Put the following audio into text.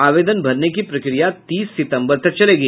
आवेदन भरने की प्रक्रिया तीस सिंतबर तक चलेगी